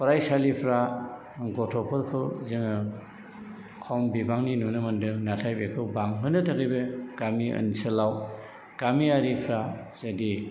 फरायसालिफ्रा गथ'फोरखौ जोङो खम बिबांनि नुनो मोन्दों नाथाय बेखौ बांहोनो थाखाय बे गामि ओनसोलाव गामियारिफ्रा जुदि